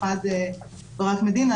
במיוחד ברק מדינה,